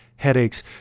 headaches